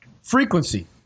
frequency